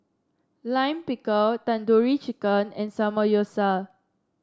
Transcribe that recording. Lime Pickle Tandoori Chicken and Samgyeopsal